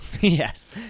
yes